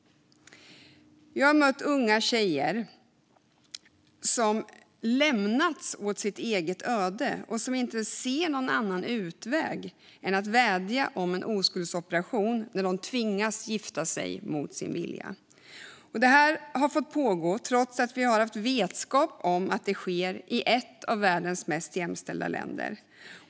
Jag har mött unga tjejer som lämnats åt sitt öde och inte ser någon annan utväg än att vädja om en oskuldsoperation när de tvingas gifta sig mot sin vilja. Detta har fått pågå trots att vi haft vetskap om att det sker i ett av världens mest jämställda länder.